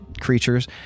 creatures